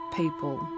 people